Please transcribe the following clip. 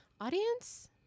audience